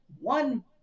one